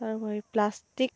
তাৰ উপৰি প্লাষ্টিক